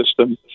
system